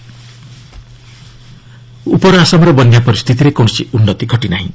Assam flood ଉପର ଆସାମର ବନ୍ୟା ପରିସ୍ଥିତିରେ କୌଣସି ଉନ୍ନତି ଘଟି ନାହିଁ